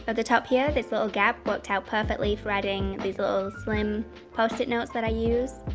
ah the top here this little gap worked out perfectly for adding these little slim post-it notes that i use.